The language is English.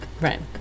Right